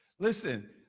Listen